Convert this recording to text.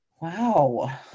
Wow